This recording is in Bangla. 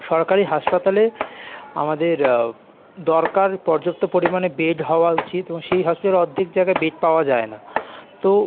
সরকারি হাসপাতালে আমাদের দরকার পর্যাপ্ত পরিমাণে বেড হওয়া উচিত এবং সেই হসপিটালে অর্ধেক জায়গায় বেড পাওয়া যায় না তো